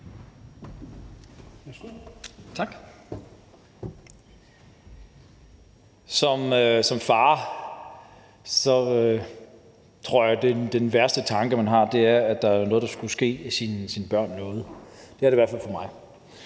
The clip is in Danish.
Som far tror jeg, den værste tanke, man kan få, er, at der skulle ske ens børn noget. Det er det i hvert fald for mig.